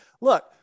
look